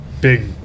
big